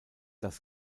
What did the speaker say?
das